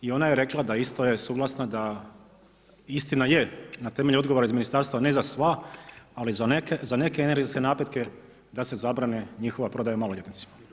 I ona je rekla da je isto suglasna, da, istina je na temelju odgovora iz Ministarstva ne za sva, ali za neke energetske napitke, da se zabrane njihova prodaja maloljetnicima.